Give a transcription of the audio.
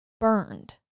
burned